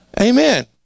Amen